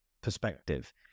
perspective